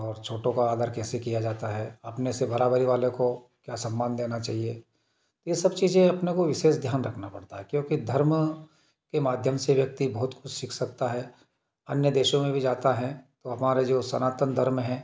और छोटों को आदर कैसे क्या जाता है अपने से बराबरी वाले को क्या सम्मान देना चाहिए ये सब चीज़ें अपने को विशेष ध्यान रखना पड़ता है क्योंकि धर्म के माध्यम से व्यक्ति बहुत कुछ सीख सकता है अन्य देशों में भी जाता है तो वो हमारे जो सनातन धर्म हैं